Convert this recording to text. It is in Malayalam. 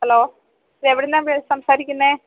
ഹലോ ഇതെവിടുന്നാ സംസാരിക്കുന്നേ